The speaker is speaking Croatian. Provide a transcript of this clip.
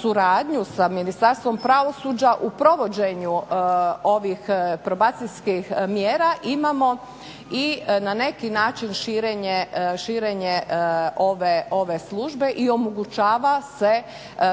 suradnju sa Ministarstvom pravosuđa u provođenju ovih probacijskih mjera imamo i na neki način širenje ove službe i omogućava se